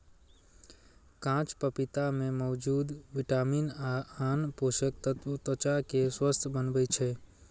कांच पपीता मे मौजूद विटामिन आ आन पोषक तत्व त्वचा कें स्वस्थ बनबै छै